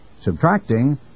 subtracting